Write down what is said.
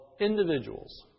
individuals